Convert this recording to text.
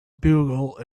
bugle